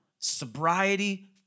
sobriety